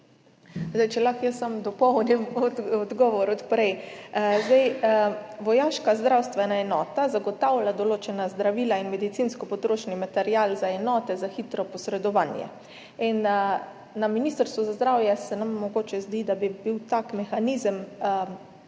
Če lahko samo dopolnim odgovor od prej. Vojaška zdravstvena enota zagotavlja določena zdravila in medicinski potrošni material za enote za hitro posredovanje. In na Ministrstvu za zdravje se nam zdi, da bi bil tak mehanizem